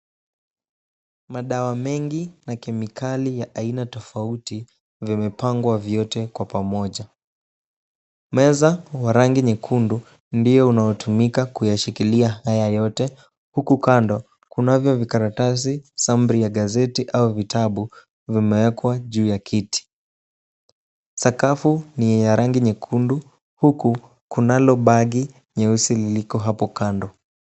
Madawa mengi na kemikali ya aina tofauti vimepangwa vyote kwa pamoja. Meza wa rangi nyekundu ndio unaotumika kuyashikilia haya yote, huku kando kunavyo vikaratasi sampuli ya gazeti au vitabu vimewekwa juu ya kiti. Sakafu ni ya rangi nyekundu huku kunalo bagi nyeusi liliko hapo kando.